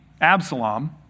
Absalom